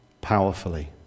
powerfully